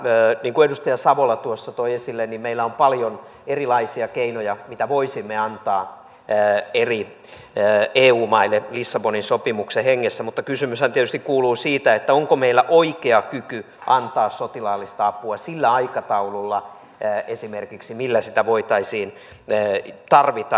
niin kuin edustaja savola tuossa toi esille meillä on paljon erilaisia keinoja mitä voisimme antaa eri eu maille lissabonin sopimuksen hengessä mutta kysymyshän tietysti kuuluu onko meillä oikea kyky antaa sotilaallista apua sillä aikataululla esimerkiksi millä sitä voitaisiin tarvita